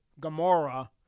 Gamora